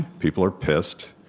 people are pissed.